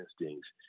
instincts